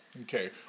Okay